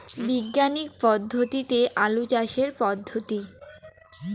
বিজ্ঞানিক পদ্ধতিতে আলু চাষের পদ্ধতি?